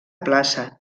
plaça